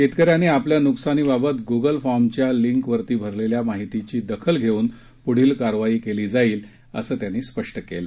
शेतकऱ्यांनी आपल्या नुकसानीबाबत गुगल फॉर्मच्या लिंकवर भरलेल्या माहितीची दखल घेऊन पुढील कारवाई केली जाईल असं त्यांनी स्पष्ट केलं